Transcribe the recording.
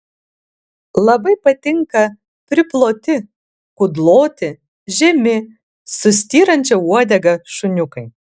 labai patinka priploti kudloti žemi su styrančia uodega šuniukai